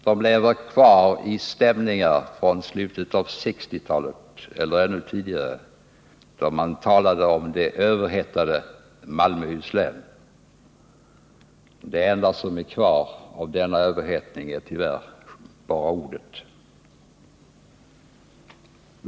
De lever kvar i stämningar från slutet 1960-talet eller ännu tidigare, då man talade om det överhettade Malmöhus län. Det enda som är kvar av denna överhettning är tyvärr själva ordet.